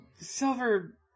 Silver